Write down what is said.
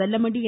Vellamandi என்